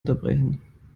unterbrechen